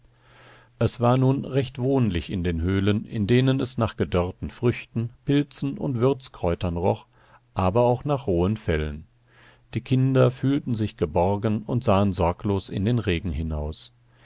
es war nun recht wohnlich in den höhlen in denen es nach gedörrten früchten pilzen und würzkräutern roch aber auch nach rohen fellen die kinder fühlten sich geborgen und sahen sorglos in den regen hinaus